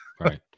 Right